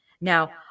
Now